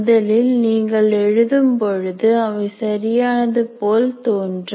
முதலில் நீங்கள் எழுதும் பொழுது அவை சரியானது போல் தோன்றும்